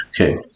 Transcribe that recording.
Okay